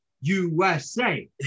USA